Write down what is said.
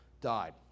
died